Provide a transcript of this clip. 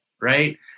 right